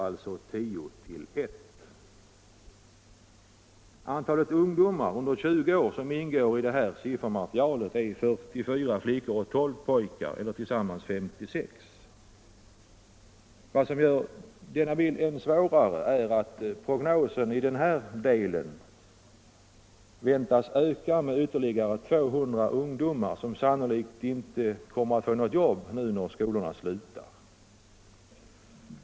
Antalet ungdomar under 20 år som ingår i det redovisade materialet är 44 flickor och 12 pojkar, eller tillsammans 56. Vad som gör detta än svårare är att prognosen i denna del väntas öka med ytterligare 200 ungdomar som enligt förmedlingskontorets syn sannolikt inte kommer att få något jobb nu när skolorna slutar.